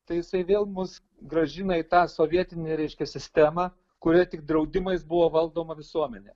tai jisai vėl mus grąžina į tą sovietinį reiškia sistemą kurioje tik draudimais buvo valdoma visuomenė